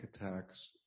attacks